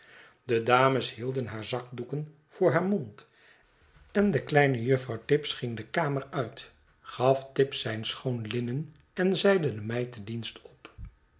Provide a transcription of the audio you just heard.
de dames hielden haar zakdoeken voor haar mond en de kleine juffrouw tibbs ging dekameruit gaf tibbs zijn schoon linnen en zeide de meid den dienst op